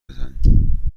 بزنیم